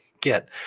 get